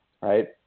Right